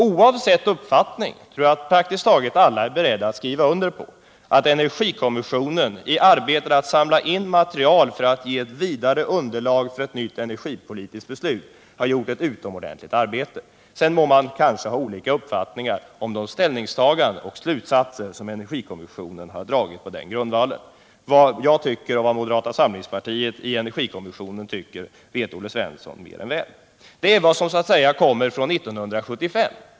Oavsett uppfattning tror jag att praktiskt taget alla är beredda att skriva under på att energikommissionen i sitt arbete med att samla in material för att ge ett vidare underlag till ett nytt energipolitiskt beslut har gjort ett utomordentligt arbete. Sedan må man ha olika uppfattning om de ställningstaganden och slutsatser som energikommissionen har dragit på den grundvalen. Vad jag tycker och vad moderata samlingspartiet tycker i energipolitiken vet Olle Svensson mycket väl. Detta gäller 1975.